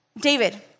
David